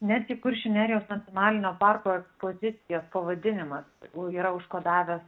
netgi kuršių nerijos nacionalinio parko ekspozicijos pavadinimas yra užkodavęs